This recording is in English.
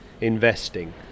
investing